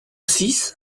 six